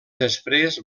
després